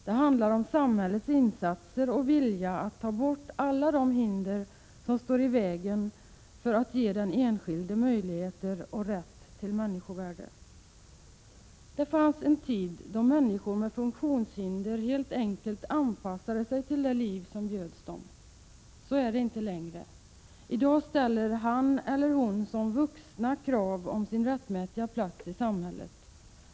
Det handlar om samhällets insatser och vilja att ta bort alla de hinder som står i vägen för den enskildes möjligheter och rätt till människovärde. Det fanns en tid då människor med funktionshinder helt enkelt anpassade sig till det liv som bjöds dem. Så är det inte längre. I dag ställer han eller hon som vuxen krav på sin rättmätiga plats i samhället.